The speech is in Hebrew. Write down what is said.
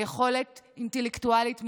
ביכולת אינטלקטואלית מינימלית,